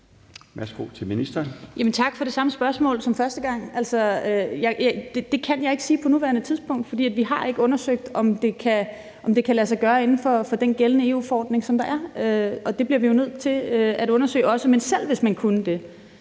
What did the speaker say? tak for det samme spørgsmål, som jeg fik første gang. Altså, det kan jeg ikke sige på nuværende tidspunkt, for vi har ikke undersøgt, om det kan lade sig gøre inden for den gældende EU-forordning. Og det bliver vi jo nødt til at undersøge også. Men selv hvis man kunne det,